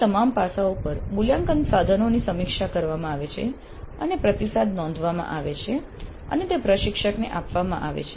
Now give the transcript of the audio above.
આ તમામ પાસાઓ પર મૂલ્યાંકન સાધનોની સમીક્ષા કરવામાં આવે છે અને પ્રતિસાદ નોંધવામાં આવે છે અને તે પ્રશિક્ષકને આપવામાં આવે છે